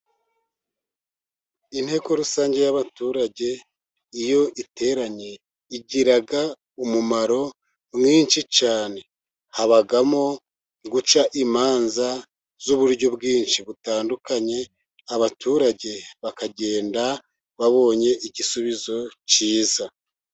Inteko rusange y'abaturage iyo iteranye, igira umumaro mwinshi cyane. Habamo guca imanza z'uburyo bwinshi butandukanye, abaturage bakagenda babonye igisubizo cyiza.